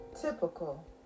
typical